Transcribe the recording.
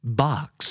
box